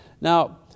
Now